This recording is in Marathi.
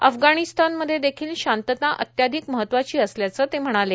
अफगाणिस्तानमध्ये देखिल शांतता अत्याधिक महत्वाची असल्याचं ते म्हणाले